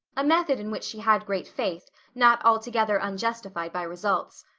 a method in which she had great faith, not altogether unjustified by results.